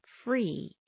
free